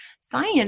Science